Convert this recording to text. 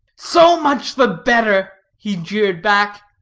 so much the better, he jeered back.